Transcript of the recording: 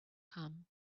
come